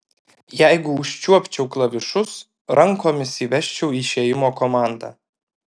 jeigu užčiuopčiau klavišus rankomis įvesčiau išėjimo komandą